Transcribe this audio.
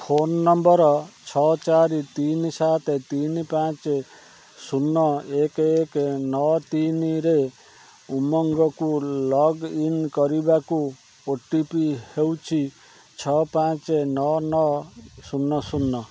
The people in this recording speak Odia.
ଫୋନ୍ ନମ୍ବର୍ ଛଅ ଚାରି ତିନି ସାତ ତିନି ପାଞ୍ଚ ଶୂନ ଏକ ଏକ ନଅ ତିନିରେ ଉମଙ୍ଗକୁ ଲଗ୍ଇନ୍ କରିବାକୁ ଓ ଟି ପି ହେଉଛି ଛଅ ପାଞ୍ଚ ନଅ ନଅ ଶୂନ ଶୂନ